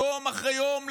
יום אחרי יום,